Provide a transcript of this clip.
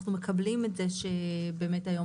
אנחנו מקבלים את זה שזה באמת לא מקובל